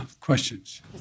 Questions